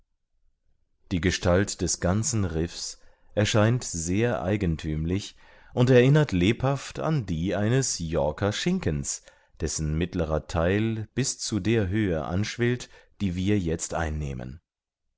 die gestalt des ganzen riffs erscheint sehr eigenthümlich und erinnert lebhaft an die eines yorker schinkens dessen mittlerer theil bis zu der höhe anschwillt die wir jetzt einnehmen